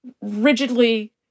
rigidly